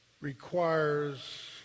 requires